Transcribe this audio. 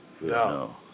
No